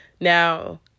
Now